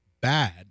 bad